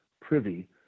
privy